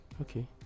okay